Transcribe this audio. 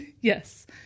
Yes